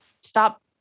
stop